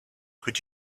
could